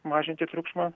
mažinti triukšmą